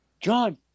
John